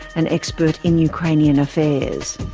an expert in ukrainian affairs.